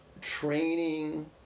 training